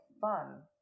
fun